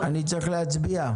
אני צריך להצביע.